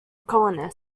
colonists